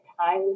time